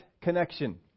connection